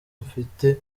mfite